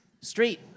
street